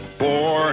four